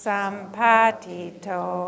Sampatito